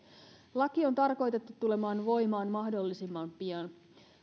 laki on tarkoitettu tulemaan voimaan mahdollisimman pian